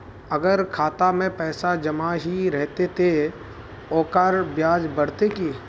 अगर खाता में पैसा जमा ही रहते ते ओकर ब्याज बढ़ते की?